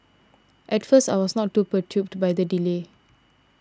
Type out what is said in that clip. at first I was not too perturbed by the delay